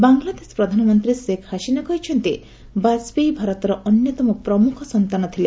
ବାଂଲାଦେଶ ପ୍ରଧାନମନ୍ତ୍ରୀ ଶେଖ ହାସିନା କହିଛନ୍ତି ବାଜପେୟୀ ଭାରତର ଅନ୍ୟତମ ପ୍ରମୁଖ ସନ୍ତାନ ଥିଲେ